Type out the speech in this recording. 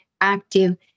active